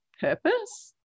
purpose